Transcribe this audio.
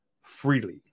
freely